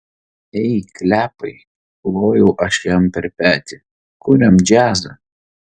ei klepai plojau aš jam per petį kuriam džiazą